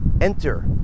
enter